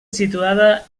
situada